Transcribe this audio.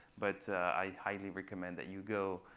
but i highly recommend that you go,